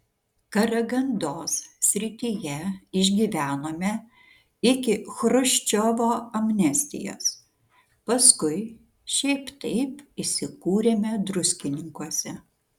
karagandos srityje išgyvenome iki chruščiovo amnestijos paskui šiaip taip įsikūrėme druskininkuose